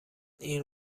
این